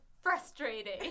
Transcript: frustrating